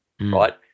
right